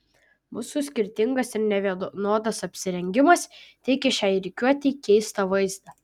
mūsų skirtingas ir nevienodas apsirengimas teikė šiai rikiuotei keistą vaizdą